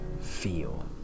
feel